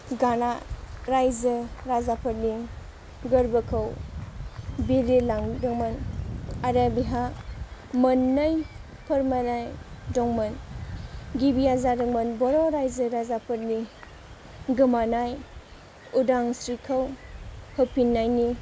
गाना राइजो राजाफोरनि गोरबोखौ बिलिरलांदोमोन आरो बिहा मोन्नै फोरमायनाय दंमोन गिबिया जादोंमोन बर' राइजो राजाफोरनि गोमानाय उदांस्रिखौ होफिननायनि